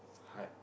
heart